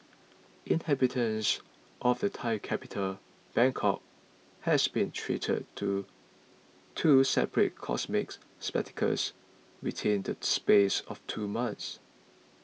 inhabitants of the Thai capital Bangkok has been treated to two separate cosmic spectacles within the space of two months